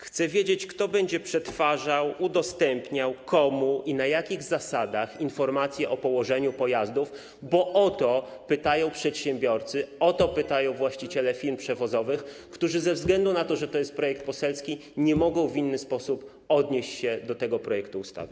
Chcę wiedzieć, kto będzie przetwarzał, udostępniał, komu i na jakich zasadach informacje o położeniu pojazdów, bo o to pytają przedsiębiorcy, o to pytają właściciele firm przewozowych, którzy ze względu na to, że to jest projekt poselski, nie mogą w inny sposób odnieść się do tego projektu ustawy.